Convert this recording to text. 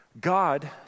God